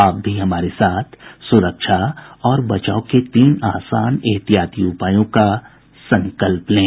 आप भी हमारे साथ सुरक्षा और बचाव के तीन आसान एहतियाती उपायों का संकल्प लें